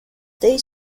they